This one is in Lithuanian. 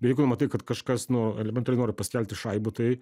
jeigu matai kad kažkas nu elementariai nori pasikelti šaibų tai